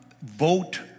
Vote